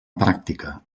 pràctica